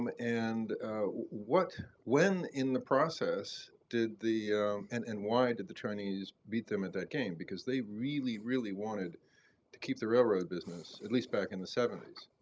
um and what when in the process did the and and why did the chinese beat them at that game? because they really, really wanted to keep the railroad business, at least back in the seventy s.